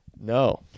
No